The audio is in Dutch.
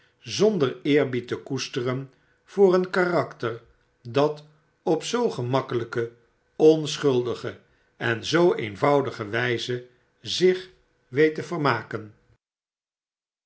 zonder eerbied te koesteren voor een karakter dat op zoo gemakkelyke onschuldige en zoo eenvoudigewyzezich weet te vermaken